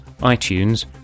iTunes